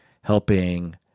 helping